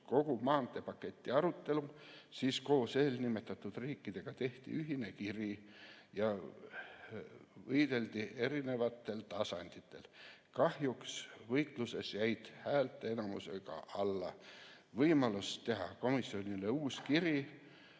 kogu maanteepaketi arutelu, siis koos eelnimetatud riikidega tehti ühine kiri ja võideldi eri tasanditel. Kahjuks jäädi võitluses häälteenamusele alla. On võimalus teha komisjonile uus kiri,